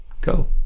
go